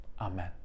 amen